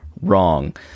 wrong